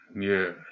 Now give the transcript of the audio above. yes